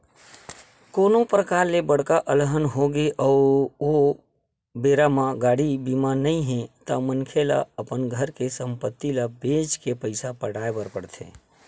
कोनो परकार ले बड़का अलहन होगे अउ ओ बेरा म गाड़ी बीमा नइ हे ता मनखे ल अपन घर के संपत्ति ल बेंच के पइसा पटाय बर पड़थे